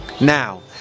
now